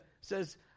says